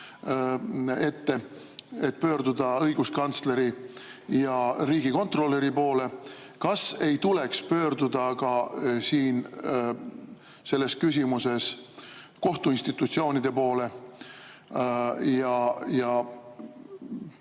ette, et pöörduda õiguskantsleri ja riigikontrolöri poole, pöörduda ka siin selles küsimuses kohtuinstitutsioonide poole ja